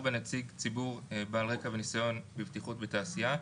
נציג ציבור בעל רקע וניסיון בבטיחות בתעשייה,